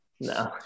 No